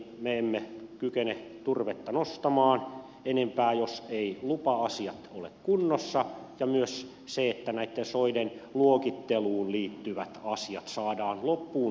me emme kykene turvetta nostamaan enempää jos eivät lupa asiat ole kunnossa ja myös se että näitten soiden luokitteluun liittyvät asiat saadaan loppuun viedyksi